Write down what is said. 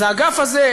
אז האגף הזה,